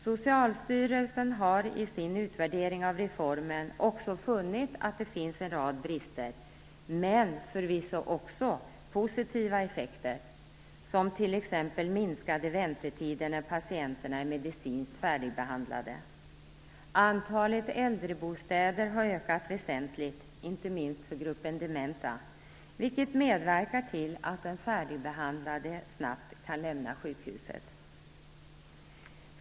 Socialstyrelsen har i sin utvärdering av reformen också funnit en rad brister, men förvisso också positiva effekter som t.ex. minskade väntetider när patienterna är medicinskt färdigbehandlade. Antalet äldrebostäder har ökat väsentligt, inte minst för gruppen dementa, vilket medverkar till att den färdigbehandlade snabbt kan lämna sjukhuset.